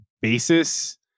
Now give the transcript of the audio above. basis